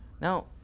Now